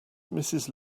mrs